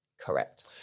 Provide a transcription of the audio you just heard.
Correct